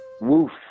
Woof